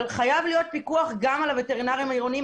חייב להיות פיקוח גם על הווטרינרים העירוניים.